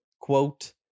Quote